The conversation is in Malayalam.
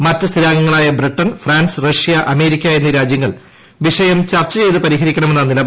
മറ്റ് സ്ഥിരാംഗങ്ങളായ ബ്രിട്ടൺ ഫ്രാൻസ് റഷ്യ അമേരിക്ക എന്നീ രാജ്യങ്ങൾ വിഷയം ചർച്ച ചെയ്ത് പരിഹരിക്കണമെന്ന നിലപാടുകാരാണ്